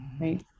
Right